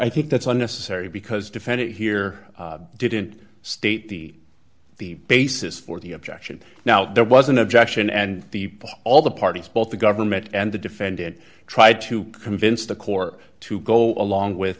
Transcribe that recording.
i think that's unnecessary because defendant here didn't state the the basis for the objection now there was an objection and the all the parties both the government and the defendant tried to convince the court to go along with